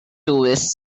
tourists